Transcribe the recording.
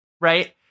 right